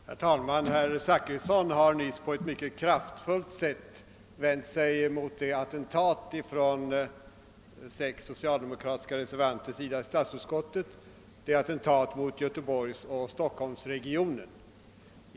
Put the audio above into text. Herr talman! Herr Zachrisson har nyss på ett mycket kraftfullt sätt vänt sig mot det attentat från sex socialdemokratiska reservanter i statsutskottet, som gjorts mot Göteborgsoch Stockholmsregionerna.